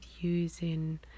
using